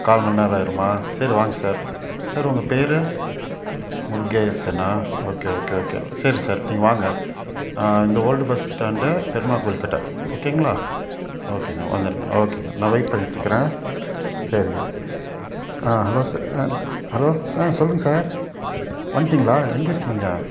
கால் மணி நேரம் ஆகிருமா சரி வாங்க சார் சார் உங்கள் பேர் முருகேசனா ஓகே ஓகே ஓகே சரி சார் நீங்கள் வாங்க இந்த ஓல்டு பஸ் ஸ்டாண்டு பெருமாள் கோயில் கிட்டே ஓகேங்களா ஓகேங்க வந்துடுங்க ஓகேங்க நான் வெய்ட் பண்ணிகிட்ருக்குறேன் சரிங்க ஆ ஹலோ சார் ஆ ஹலோ ஆ சொல்லுங்க சார் வந்துட்டிங்களா எங்கே இருக்கீங்க